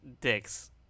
Dicks